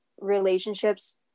relationships